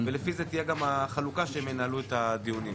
ולפי זה תהיה גם החלוקה שהם ינהלו את הדיונים,